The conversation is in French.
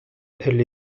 elle